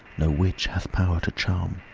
no witch hath power to charm,